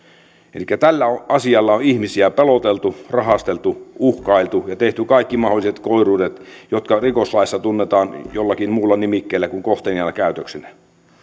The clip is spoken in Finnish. elikkä tällä asialla on ihmisiä peloteltu rahasteltu uhkailtu ja tehty kaikki mahdolliset koiruudet jotka rikoslaissa tunnetaan jollakin muulla nimikkeellä kuin kohteliaana käytöksenä